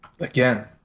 Again